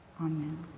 Amen